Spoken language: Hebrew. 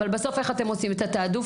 אבל בסוף איך אתם עושים את התעדוף?